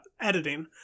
editing